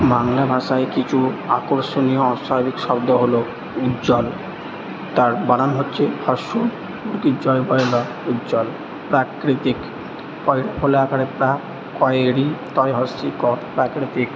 বাংলা ভাষায় কিছু আকর্ষণীয় অস্বাভাবিক শব্দ হল উজ্জ্বল তার বানান হচ্ছে উ জ এ ব এ ল উজ্জ্বল প্রাকৃতিক প এ র ফলা আকারে প্রা ক এ রি ত এ ই ক প্রাকৃতিক